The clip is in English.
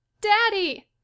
Daddy